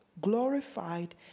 glorified